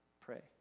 pray